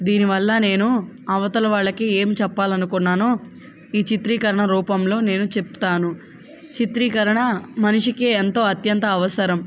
దీనివల్ల నేను అవతల వాళ్ళకు ఏం చెప్పాలి అనుకున్నానో ఈ చిత్రీకరణ రూపంలో నేను చెప్తాను చిత్రీకరణ మనిషికి ఎంతో అత్యంత అవసరం